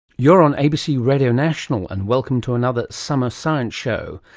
you're on abc radio national, and welcome to another summer science show.